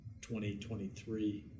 2023